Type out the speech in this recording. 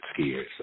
skiers